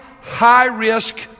high-risk